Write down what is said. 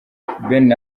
ben